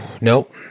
Nope